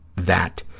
that